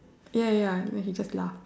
ya ya then he just laugh